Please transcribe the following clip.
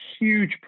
huge